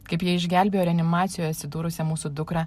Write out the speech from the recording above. kaip jie išgelbėjo reanimacijoj atsidūrusią mūsų dukrą